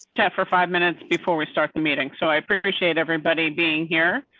that for five minutes before we start the meeting, so i appreciate everybody being here.